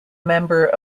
member